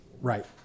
Right